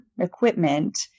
equipment